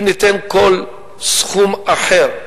אם ניתן כל סכום אחר,